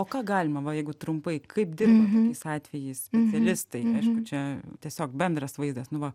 o ką galima va jeigu trumpai kaip dirba tokiais atvejais specialistai aišku čia tiesiog bendras vaizdas nu va